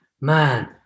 Man